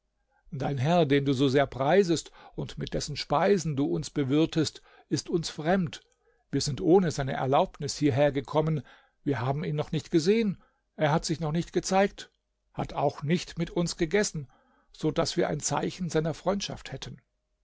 dein herr den du so sehr preisest und mit dessen speisen du uns bewirtest ist uns fremd wir sind ohne seine erlaubnis hierhergekommen wir haben ihn noch nicht gesehen er hat sich noch nicht gezeigt hat auch nicht mit uns gegessen so daß wir ein zeichen seiner freundschaft hätten